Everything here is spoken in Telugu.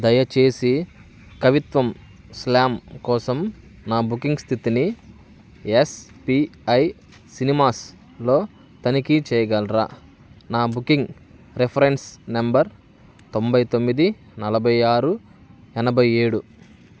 దయచేసి కవిత్వం స్లామ్ కోసం నా బుకింగ్ స్థితిని ఎస్ పి ఐ సినిమాస్లో తనిఖీ చేయగలరా నా బుకింగ్ రిఫరెన్స్ నంబర్ తొంభై తొమ్మిది నలభై ఆరు ఎనభై ఏడు